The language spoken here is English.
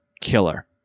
killer